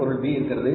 பொருள் B இருக்கிறது